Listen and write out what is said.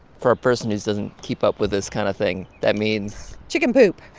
for a person who doesn't keep up with this kind of thing, that means. chicken poop.